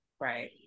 Right